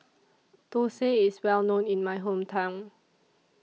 Thosai IS Well known in My Hometown